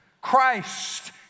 Christ